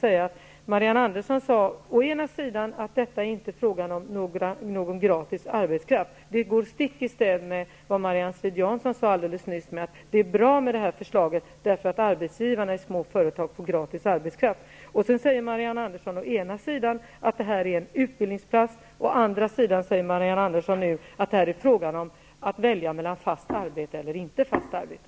Marianne Andersson sade att detta inte är fråga om någon gratis arbetskraft. Det går stick i stäv med vad Laila Strid-Jansson sade nyss, nämligen att det här är ett bra förslag, eftersom arbetsgivarna i små företag får gratis arbetskraft. Marianne Andersson säger å ena sidan att det här är en utbildningsplats, å andra sidan säger hon att det här är fråga om att välja mellan fast arbete eller inte fast arbete.